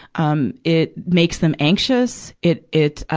um, it makes them anxious. it, it,